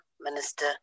Minister